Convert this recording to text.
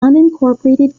unincorporated